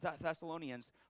Thessalonians